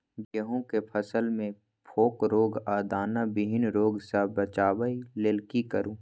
गेहूं के फसल मे फोक रोग आ दाना विहीन रोग सॅ बचबय लेल की करू?